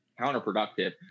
counterproductive